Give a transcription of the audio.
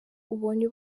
ubonye